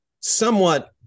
Somewhat